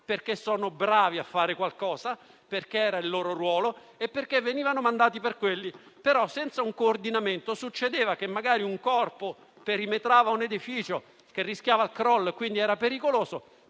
e sono bravi a fare qualcosa - perché era il loro ruolo e venivano mandati per quello. Ma senza un coordinamento succedeva che magari un Corpo perimetrava un edificio che rischiava il crollo e quindi era pericoloso,